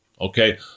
Okay